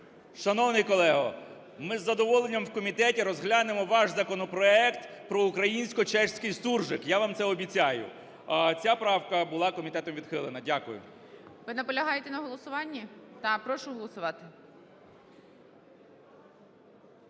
Шановний колего, ми із задоволенням в комітеті розглянемо ваш законопроект про українсько-чеський суржик, я вам це обіцяю. Ця правка була комітетом відхилена. Дякую. ГОЛОВУЮЧИЙ. Ви наполягаєте на голосуванні? Так. Прошу голосувати.